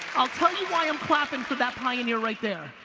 i'll tell you why i'm clapping for that pioneer right there.